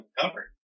cover